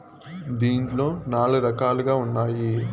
దీంట్లో నాలుగు రకాలుగా ఉన్నాయి